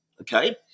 okay